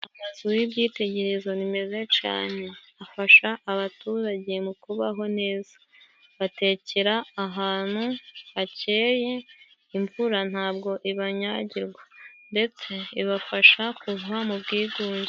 Amazu y'ibyitegererezo nimeze cane. Afasha abaturage mu kubaho neza batekera ahantu hakeye, imvura ntabwo ibanyagirwa, ndetse ibafasha kuva mu bwigunge.